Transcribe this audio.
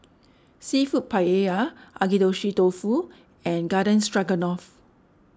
Seafood Paella Agedashi Dofu and Garden Stroganoff